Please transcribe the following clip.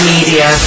Media